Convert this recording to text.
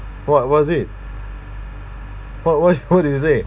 what what is it what what what is it